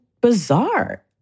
bizarre